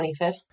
25th